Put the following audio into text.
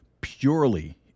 purely